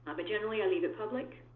but generally, i leave it public.